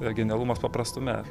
genialumas paprastume